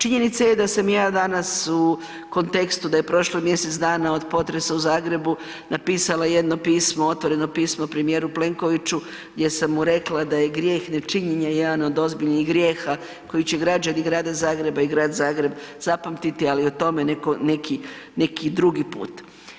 Činjenica je da sam ja danas u kontekstu da je prošlo mjesec dana od potresa u Zagrebu napisala jedno pismo, otvoreno pismo premijeru Plenkoviću gdje sam mu rekla da je grijeh nečinjenja jedan od ozbiljnih grijeha koji će građani Grada Zagreba i Grad Zagreb zapamtiti ali o tome neki drugi put.